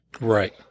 Right